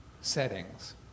settings